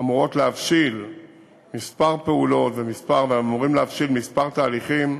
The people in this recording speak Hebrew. אמורות להבשיל כמה פעולות ואמורים להבשיל כמה תהליכים,